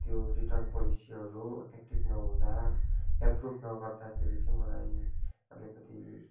त्यो रिटर्न पोलिसीहरू एक्टिभ नहुँदा एप्रुभ नगर्दाखेरि चाहिँ मलाई अलिकति